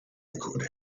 could